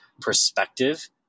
perspective